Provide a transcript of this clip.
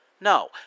No